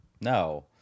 no